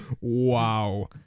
wow